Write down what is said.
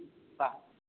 ꯑꯗꯨ ꯎꯠꯄ